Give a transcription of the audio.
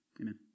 Amen